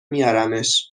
میارمش